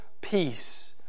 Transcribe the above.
Peace